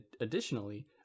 additionally